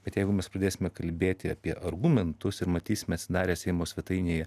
bet jeigu mes pradėsime kalbėti apie argumentus ir matysim atsidarę seimo svetainėje